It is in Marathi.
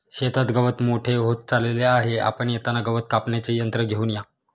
शेतात गवत मोठे होत चालले आहे, आपण येताना गवत कापण्याचे यंत्र घेऊन या